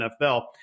NFL